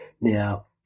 Now